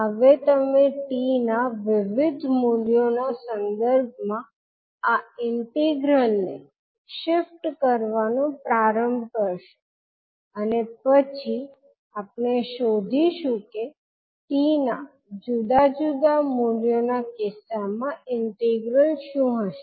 હવે તમે t ના વિવિધ મૂલ્યો ના સંદર્ભમાં આ ઇન્ટિગ્રલ ને શિફ્ટ કરવાનું પ્રારંભ કરશો અને પછી આપણે શોધીશું કે t ના જુદા જુદા મૂલ્યોના કિસ્સામાં ઇન્ટિગ્રલ શું હશે